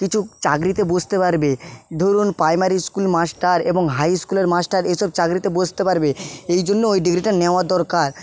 কিছু চাকরিতে বসতে পারবে ধরুন প্রাইমারি স্কুল মাস্টার এবং হাইস্কুলের মাস্টার এসব চাকরিতে বসতে পারবে এই জন্য ওই ডিগ্রিটা নেওয়া দরকার